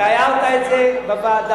אתה הערת את זה בוועדה,